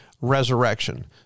resurrection